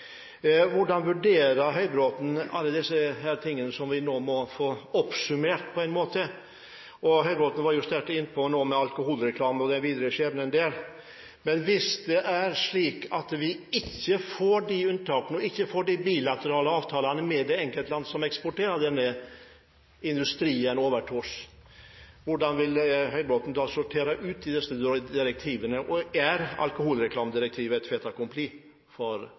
Hvordan vurderer Høybråten alt dette som vi nå må få oppsummert på en måte? Høybråten var jo sterkt inne på alkoholreklame og den videre skjebnen der. Men hvis det er slik at vi ikke får de unntakene og de bilaterale avtalene med det enkelte land som eksporterer denne industrien over til oss, hvordan vil Høybråten da sortere ut disse direktivene? Er alkoholreklamedirektivet et fait accompli for Kristelig Folkeparti? Kristelig Folkepartis stemmer var, som representanten Trygve Slagsvold Vedum minnet om, avgjørende for at Norge i